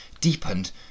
deepened